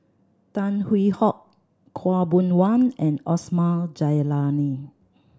Tan Hwee Hock Khaw Boon Wan and Osman Zailani